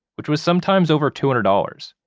which was sometimes over two hundred dollars.